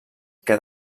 que